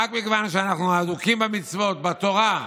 לא לא, רק מכיוון שאנחנו אדוקים במצוות, בתורה,